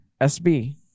SB